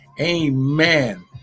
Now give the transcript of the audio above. amen